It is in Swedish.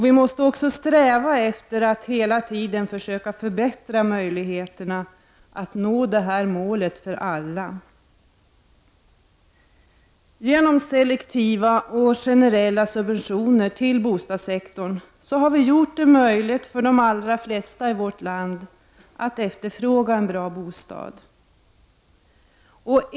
Vi måste också sträva efter att hela tiden försöka förbättra möjligheterna att nå dessa mål i fråga om alla människor. Genom selektiva och generella subventioner till bostadssektorn har vi gjort det möjligt för de allra flesta i vårt land att efterfråga en bra bostad.